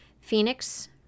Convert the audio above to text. phoenix